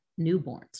newborns